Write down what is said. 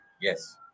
Yes